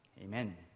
Amen